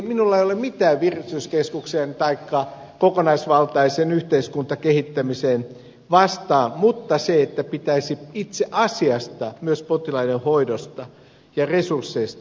minulla ei ole mitään virkistyskeskusta taikka kokonaisvaltaista yhteiskuntakehittämistä vastaan mutta sitä että pitäisi itse asiasta myös potilaiden hoidosta ja resursseista huolehtia